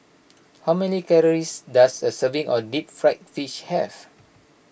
how many calories does a serving of Deep Fried Fish have